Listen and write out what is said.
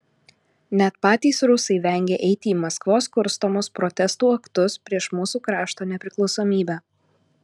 net patys rusai vengia eiti į maskvos kurstomus protestų aktus prieš mūsų krašto nepriklausomybę